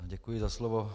Děkuji za slovo.